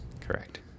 Correct